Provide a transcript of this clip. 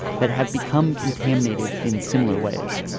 that have become contaminated in similar ways